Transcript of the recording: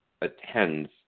attends